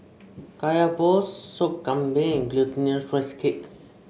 Kaya Balls Sop Kambing Glutinous Rice Cake